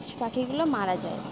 সব পাখিগুলো মারা যায়